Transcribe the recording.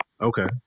okay